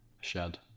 Shed